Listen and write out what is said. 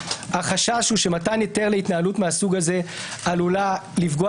החשש הוא שמתן היתר להתנהלות מהסוג הזה עלולה לפגוע